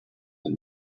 than